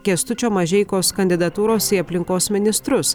kęstučio mažeikos kandidatūros į aplinkos ministrus